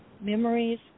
memories